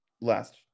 last